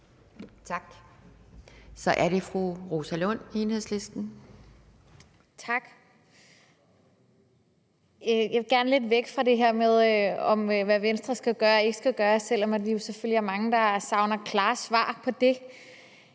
Tak. Så er det fru Rosa Lund, Enhedslisten. Kl. 13:41 Rosa Lund (EL): Tak. Jeg vil gerne lidt væk fra det her spørgsmål om, hvad Venstre skal gøre og ikke skal gøre, selv om vi selvfølgelig er mange, der savner klare svar på det.